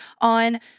on